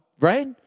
right